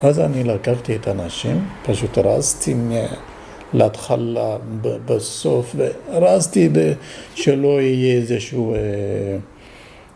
אז אני לקחתי את האנשים, פשוט ארזתי מלאת חלה בסוף וארזתי שלא יהיה איזשהו